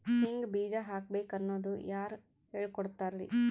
ಹಿಂಗ್ ಬೀಜ ಹಾಕ್ಬೇಕು ಅನ್ನೋದು ಯಾರ್ ಹೇಳ್ಕೊಡ್ತಾರಿ?